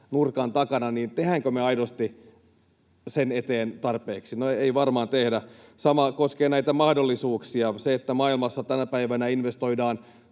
niin tehdäänkö me aidosti sen eteen tarpeeksi? No, ei varmaan tehdä. Sama koskee näitä mahdollisuuksia. Se, että maailmassa tänä päivänä investoidaan